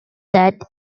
that